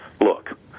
Look